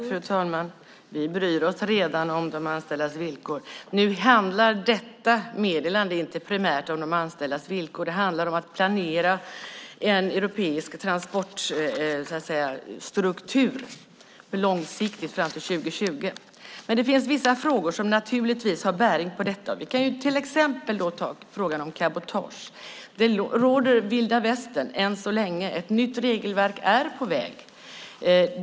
Fru talman! Vi bryr oss redan om de anställdas villkor. Detta meddelande handlar inte primärt om de anställdas villkor. Det handlar om att planera en europeisk transportstruktur långsiktigt fram till 2020. Men det finns vissa frågor som naturligtvis har bäring på detta. Vi kan som exempel ta frågan om cabotage. Det råder vilda västern än så länge. Ett nytt regelverk är på väg.